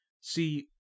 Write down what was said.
See